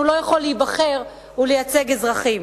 הוא לא יכול להיבחר ולייצג אזרחים.